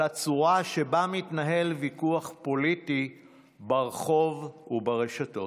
הצורה שבה מתנהל ויכוח פוליטי ברחוב וברשתות.